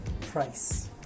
price